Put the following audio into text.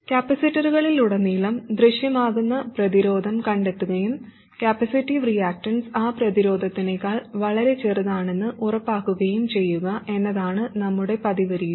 കപ്പാസിറ്ററിലുടനീളം ദൃശ്യമാകുന്ന പ്രതിരോധം കണ്ടെത്തുകയും കപ്പാസിറ്റീവ് റിയാക്ടൻസ് ആ പ്രതിരോധത്തിനെക്കാൾ വളരെ ചെറുതാണെന്ന് ഉറപ്പാക്കുകയും ചെയ്യുക എന്നതാണ് നമ്മുടെ പതിവ് രീതി